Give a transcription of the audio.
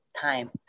time